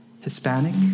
Hispanic